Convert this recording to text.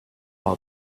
how